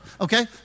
Okay